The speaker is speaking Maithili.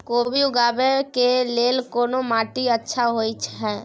कोबी उगाबै के लेल कोन माटी अच्छा होय है?